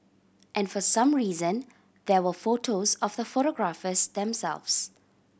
and for some reason there were photos of the photographers themselves